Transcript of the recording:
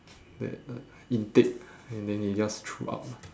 that uh intake and then they just threw up